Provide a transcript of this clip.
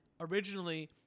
originally